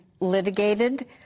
Litigated